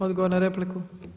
Odgovor na repliku.